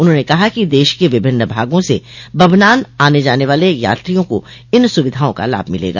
उन्होंने कहा कि देश के विभिन्न भागों से बभनान आने जाने वाले यात्रियों को इन सुविधाओं का लाभ मिलेगा